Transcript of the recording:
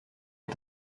est